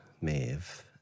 Maeve